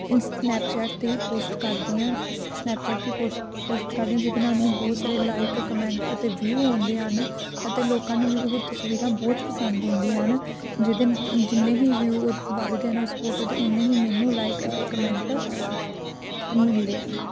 ins Snapchat 'ਤੇ ਹੀ post ਕਰਦੀ ਹਾਂ ਸਨੈਪਚੈਟ 'ਤੇ ਵੀ ਪੋਸ਼ਟ ਪੋਸਟ ਕਰਦੀ ਹਾਂ ਜਿਹਦੇ ਨਾਲ ਮੈਨੂੰ ਬਹੁਤ ਸਾਰੇ ਲਾਈਕ ਕਮੈਂਟ ਅਤੇ ਵਿਊ ਆਉਂਦੇ ਹਨ ਅਤੇ ਲੋਕਾਂ ਨੂੰ ਵੀ ਉਹ ਤਸਵੀਰਾਂ ਬਹੁਤ ਪਸੰਦ ਆਉਂਦੀਆਂ ਹਨ ਜਿਹਦੇ ਜਿੰਨੇ ਹੀ ਵਿਊ ਉਹ ਵੱਧਦੇ ਹਨ ਉਸ ਫੋਟੋ 'ਤੇ ਓਨੇ ਹੀ ਮੈਨੂੰ ਲਾਈਕ ਅਤੇ ਕਮੈਂਟ ਮਿਲਦੇ ਹਨ